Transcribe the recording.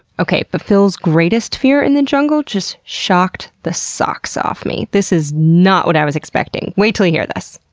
okay, but phil's greatest fear in the jungle just shocked the socks off me. this is not what i was expecting. wait til you hear this.